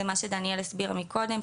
זה מה שדניאל הסבירה מקודם,